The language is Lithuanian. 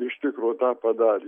iš tikro tą padarė